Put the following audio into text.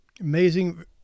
Amazing